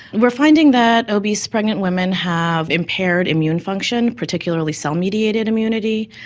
we're finding that obese pregnant women have impaired immune function, particularly cell mediated immunity,